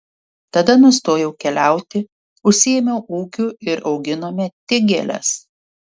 tada nustojau keliauti užsiėmiau ūkiu ir auginome tik gėles